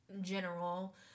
general